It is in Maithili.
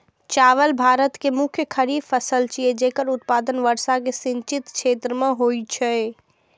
चावल भारत के मुख्य खरीफ फसल छियै, जेकर उत्पादन वर्षा सिंचित क्षेत्र मे होइ छै